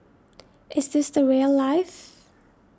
is this the rail life